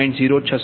તેથી ∆20 0